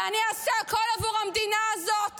ואני אעשה הכול עבור המדינה הזאת